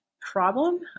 problem